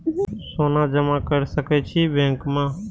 सोना जमा कर सके छी बैंक में?